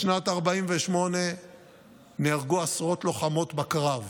בשנת 1948 נהרגו עשרות לוחמות בקרב.